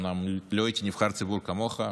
אומנם לא הייתי נבחר ציבור כמוך.